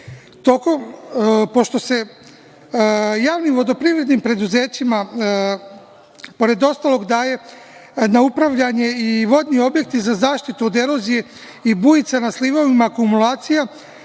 zakupnine. Pošto se javnim vodoprivrednim preduzećima, pored ostalog, daju na upravljanje i vodni objekti za zaštitu od erozije i bujica na slivovima akumulacija